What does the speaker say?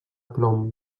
plom